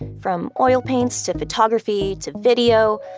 from oil paints to photography to video,